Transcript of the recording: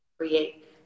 create